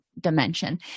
dimension